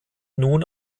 nun